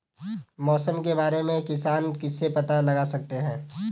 मौसम के बारे में किसान किससे पता लगा सकते हैं?